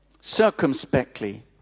Circumspectly